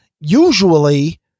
usually